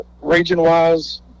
region-wise